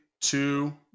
two